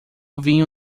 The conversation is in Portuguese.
vinho